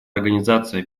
организация